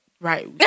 Right